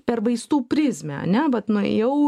per vaistų prizmę ane vat nuėjau